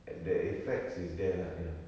ac~ the effects are there lah you know